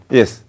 Yes